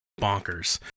bonkers